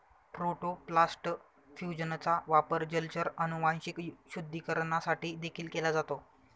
protoplast फ्यूजनचा वापर जलचर अनुवांशिक शुद्धीकरणासाठी देखील केला जातो